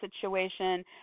situation